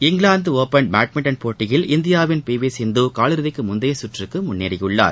England open badminton போட்டியில் இந்தியாவின் P V Sindhu காலிறதிக்கு முந்தைய சுற்றுக்கு முன்னேறியுள்ளார்